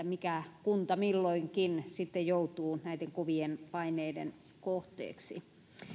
mikä kunta milloinkin sitten joutuu näiden kovien paineiden kohteeksi